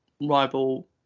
rival